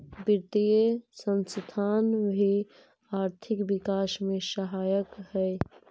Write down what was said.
वित्तीय संस्थान भी आर्थिक विकास में सहायक हई